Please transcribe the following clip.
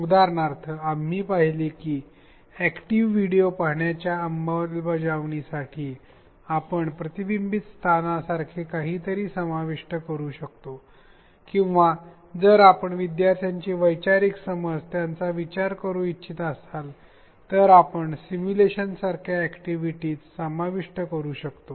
उदाहरणार्थ आम्ही पाहिले की अॅक्टिव व्हिडिओ पाहण्याच्या अंमलबजावणीसाठी आपण प्रतिबिंबीत स्थान सारखे काहीतरी समाविष्ट करू शकतो किंवा जर आपण विद्यार्थ्यांची वैचारिक समज यांचा विचार करू इच्छित असाल तर आपण सिम्युलेशन सारख्या अॅक्टिव्हिटी समाविष्ट करू शकतो